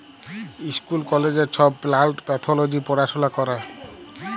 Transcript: school কলেজে ছব plant pathology পড়াশুলা ক্যরে